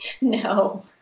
No